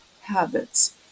habits